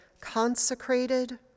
consecrated